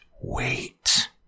wait